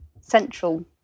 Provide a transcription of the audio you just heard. central